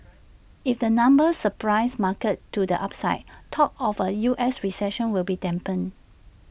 if the numbers surprise markets to the upside talk of A U S recession will be dampened